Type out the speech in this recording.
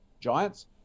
giants